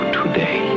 today